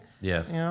Yes